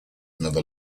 another